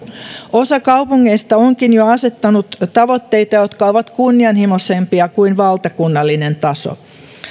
osa kaupungeista onkin jo asettanut tavoitteita jotka ovat kunnianhimoisempia kuin valtakunnallinen taso